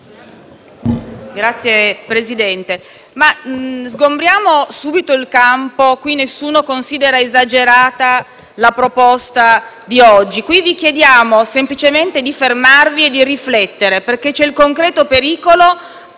Signor Presidente, sgombriamo subito il campo dai dubbi: nessuno considera esagerata la proposta oggi al nostro esame. Vi chiediamo semplicemente di fermarvi e di riflettere perché c'è il concreto pericolo,